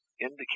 indicate